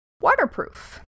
waterproof